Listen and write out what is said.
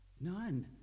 None